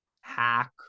hack